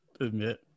admit